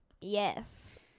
Yes